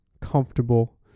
comfortable